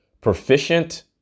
proficient